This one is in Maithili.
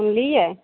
सुनलियै